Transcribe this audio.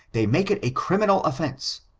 they make it a criminal offence,